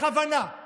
אין לציבור